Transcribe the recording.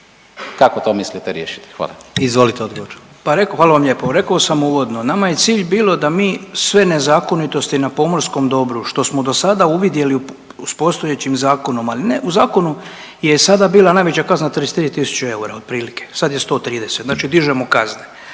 Izvolite odgovor. **Butković, Oleg (HDZ)** Pa rekao, hvala vam lijepa, rekao sam uvodno nama je cilj bio da mi sve nezakonitosti na pomorskom dobru što smo dosada uvidjeli s postojećim zakonom ali ne, u zakonu je sada bila najveća kazna 33 tisuće eura otprilike, sad je 130, znači dižemo kazne.